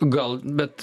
gal bet